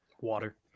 Water